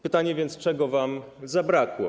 Pytanie więc: Czego wam zabrakło?